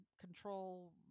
control